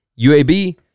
UAB